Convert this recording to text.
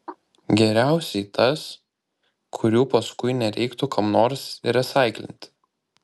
geriausiai tas kurių paskui nereiktų kam nors resaiklinti